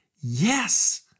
Yes